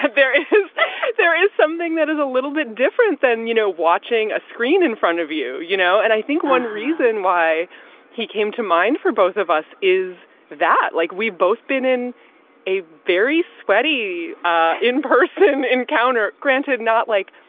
there is there is something that is a little bit different than, you know, watching a screen in front of you. you know, and i think one reason why he came to mind for both of us is that, like, we've both been in a very sweaty in person encounter. granted, not like,